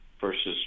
versus